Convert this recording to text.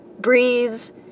breeze